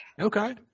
Okay